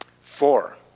Four